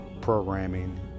programming